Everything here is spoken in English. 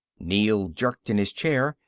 neel jerked in his chair.